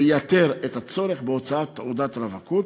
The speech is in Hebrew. לייתר את הצורך בהוצאת תעודת רווקות.